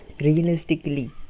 realistically